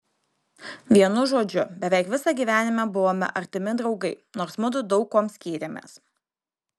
vienu žodžiu beveik visą gyvenimą buvome artimi draugai nors mudu daug kuom skyrėmės